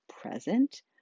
present